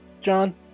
John